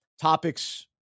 topics